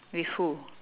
with who